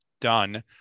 done